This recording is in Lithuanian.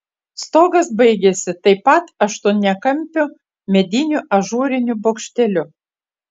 stogas baigėsi taip pat aštuoniakampiu mediniu ažūriniu bokšteliu